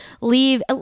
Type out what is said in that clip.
leave